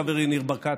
חברי ניר ברקת,